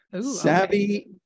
Savvy